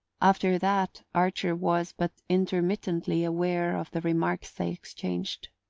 after that archer was but intermittently aware of the remarks they exchanged.